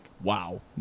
wow